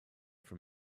from